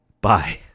Bye